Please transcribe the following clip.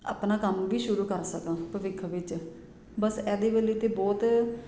ਆਪਣਾ ਕੰਮ ਵੀ ਸ਼ੁਰੂ ਕਰ ਸਕਾਂ ਭਵਿੱਖ ਵਿੱਚ ਬਸ ਇਹਦੇ ਵਾਲੀ ਅਤੇ ਬਹੁਤ